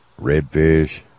redfish